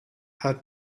had